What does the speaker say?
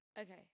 Okay